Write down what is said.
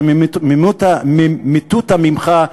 במטותא ממך,